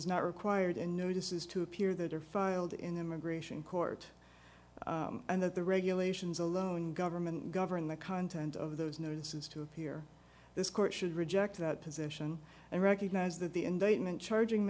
is not required and notices to appear that are filed in the immigration court and that the regulations alone government govern the content of those notices to appear this court should reject that position and recognize that the indictment charging